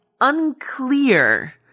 unclear